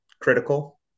critical